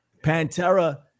pantera